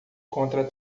contra